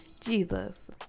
Jesus